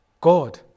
God